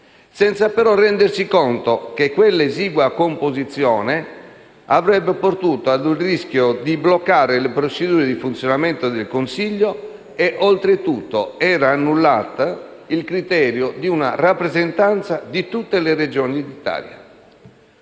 senza però rendersi conto che, con quella esigua composizione, si rischiava di bloccare le procedure di funzionamento del Consiglio e, oltretutto, era annullato il criterio di rappresentanza di tutte le Regioni d'Italia.